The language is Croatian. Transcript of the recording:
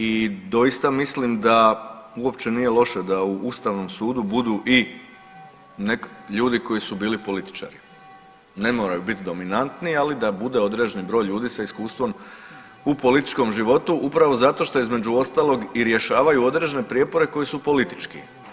I doista mislim da uopće nije loše da u ustavnom sudu budu i ljudi koji su bili političari, ne moraju biti dominantni ali da bude određeni broj ljudi sa iskustvom u političkom životu, upravo zato što između ostalog i rješavaju određene prijepore koji su politički.